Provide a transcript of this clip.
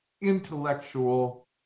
intellectual